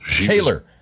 Taylor